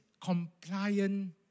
compliant